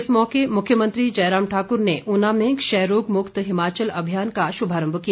इस मौके पर मुख्यमंत्री जयराम ठाकुर ने ऊना में क्षय रोग मुक्त हिमाचल अभियान का शुभारंभ किया